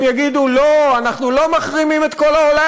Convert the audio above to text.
הם יגידו: לא, אנחנו לא מחרימים את כל העולם.